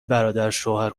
برادرشوهر